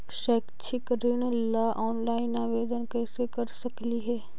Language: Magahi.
शैक्षिक ऋण ला ऑनलाइन आवेदन कैसे कर सकली हे?